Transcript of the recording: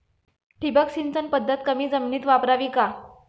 ठिबक सिंचन पद्धत कमी जमिनीत वापरावी का?